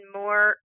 more